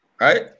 right